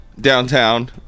downtown